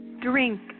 Drink